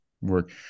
work